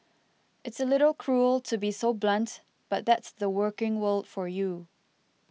it's a little cruel to be so blunt but that's the working world for you